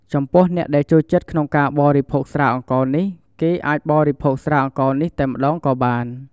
ចំពោះអ្នកដែលចូលចិត្តក្នុងការបរិភោគស្រាអង្ករនេះ គេអាចបរិភោគស្រាអង្ករនេះតែម្ដងក៏បាន។